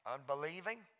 Unbelieving